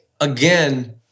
again